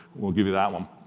we'll give you that one.